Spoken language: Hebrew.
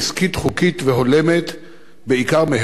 בעיקר בהיבט של שמירה על זכויות עובדים.